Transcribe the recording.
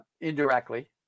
indirectly